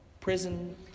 Prison